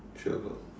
three o clock